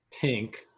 pink